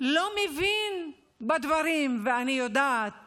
לא מבין בדברים, ואני יודעת